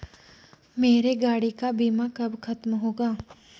मेरे गाड़ी का बीमा कब खत्म होगा?